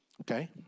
okay